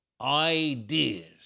ideas